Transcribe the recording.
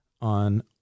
on